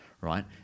right